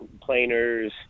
planers